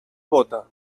bóta